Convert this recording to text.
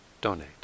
donate